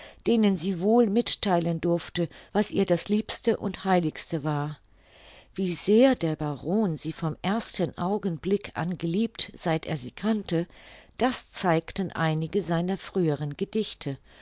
denen sie wohl mittheilen durfte was ihr das liebste und heiligste war wie sehr der baron sie vom ersten augenblick an geliebt seit er sie kannte das zeigten einige seiner früheren gedichte